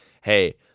hey